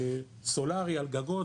סולארי על גגות,